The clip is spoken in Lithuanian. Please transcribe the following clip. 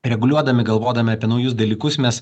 reguliuodami galvodami apie naujus dalykus mes